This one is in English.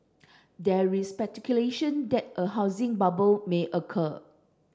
there is speculation that a housing bubble may occur